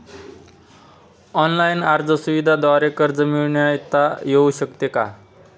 Online अर्ज सुविधांद्वारे कर्ज मिळविता येऊ शकते का?